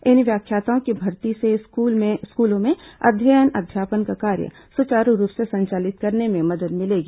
इन व्याख्यातों की भर्ती से स्कूलों में अध्ययन अध्यापन का कार्य सुचारू रूप से संचालित करने में मदद मिलेगी